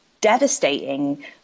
devastating